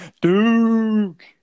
Duke